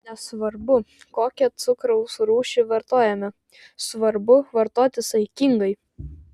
nesvarbu kokią cukraus rūšį vartojame svarbu vartoti saikingai